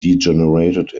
degenerated